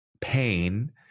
pain